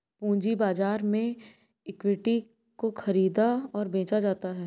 पूंजी बाजार में इक्विटी को ख़रीदा और बेचा जाता है